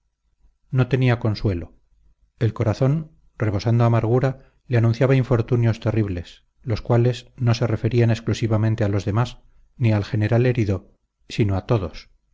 no tenía consuelo el corazón rebosando amargura le anunciaba infortunios terribles los cuales no se referían exclusivamente a los demás ni al general herido sino a todos